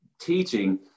teaching